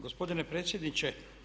Gospodine predsjedniče.